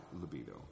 libido